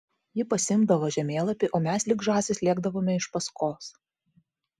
ji pasiimdavo žemėlapį o mes lyg žąsys lėkdavome iš paskos